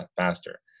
faster